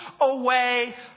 away